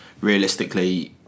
realistically